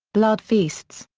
blood feasts,